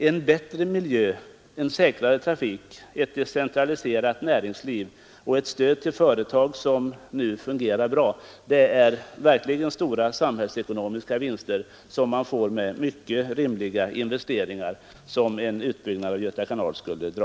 En bättre miljö, en säkrare trafik, ett decentraliserat näringsliv och ett stöd till företag som nu fungerar bra — det är verkligen stora samhällsekonomiska vinster som man får med de mycket rimliga investeringar som en utbyggnad av Göta kanal skulle dra.